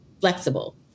flexible